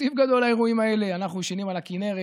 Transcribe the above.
תקציב גדול לאירועים האלה, אנחנו ישנים על הכינרת,